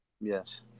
Yes